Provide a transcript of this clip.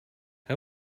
how